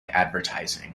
advertising